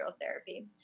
therapy